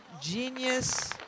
genius